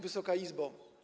Wysoka Izbo!